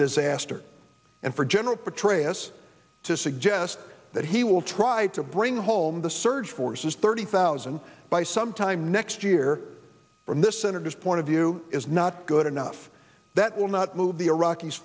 disaster and for general petraeus to suggest that he will try to bring home the surge forces thirty thousand by sometime next year from this senator's point of view is not good enough that will not move the iraqis